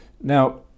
Now